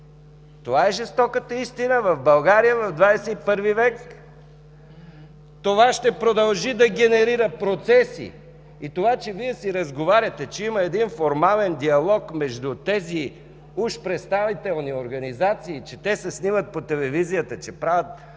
това е жестоката истина в България в ХХІ век! Това ще продължи да генерира процеси. А че Вие си разговаряте, че има един формален диалог между тези уж представителни организации, че те се снимат по телевизията, че правят